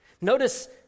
Notice